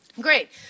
Great